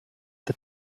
the